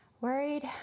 worried